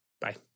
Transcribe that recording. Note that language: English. Bye